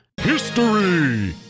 history